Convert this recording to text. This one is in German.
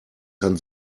kann